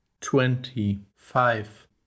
twenty-five